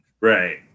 Right